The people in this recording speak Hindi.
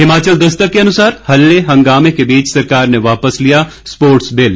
हिमाचल दस्तक के अनुसार हल्ले हंगामे के बीच सरकार ने वापस लिया स्पोर्टस बिल